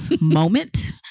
moment